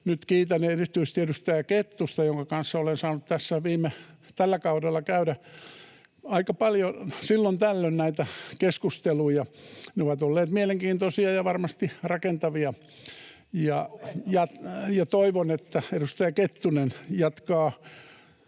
erityisesti edustaja Kettusta, jonka kanssa olen saanut tällä kaudella käydä aika paljon, silloin tällöin, näitä keskusteluja. Ne ovat olleet mielenkiintoisia ja varmasti rakentavia. [Tuomas Kettunen: